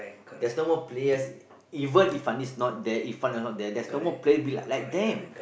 there's no more players even if Fandi is not there Irfan is not there there's no more players be like them